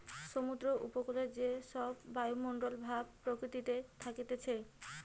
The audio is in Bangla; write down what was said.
সমুদ্র উপকূলে যে সব বায়ুমণ্ডল ভাব প্রকৃতিতে থাকতিছে